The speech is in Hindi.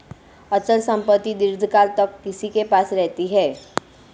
अचल संपत्ति दीर्घकाल तक किसी के पास रहती है